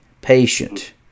patient